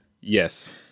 Yes